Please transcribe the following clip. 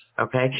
okay